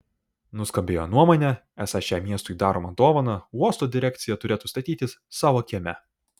nuskambėjo nuomonė esą šią miestui daromą dovaną uosto direkcija turėtų statytis savo kieme